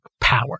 power